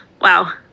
wow